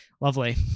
Lovely